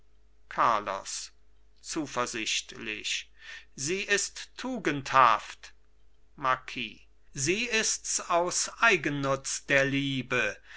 carlos zuversichtlich sie ist tugendhaft marquis sie ists aus eigennutz der liebe